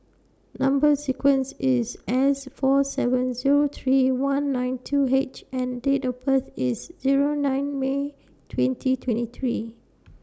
Number sequence IS S four seven Zero three one nine two H and Date of birth IS Zero nine May twenty twenty three